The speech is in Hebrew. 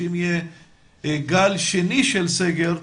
אם יהיה גל שני של סגר,